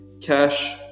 Cash